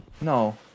no